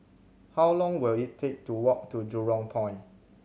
how long will it take to walk to Jurong Point